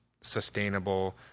sustainable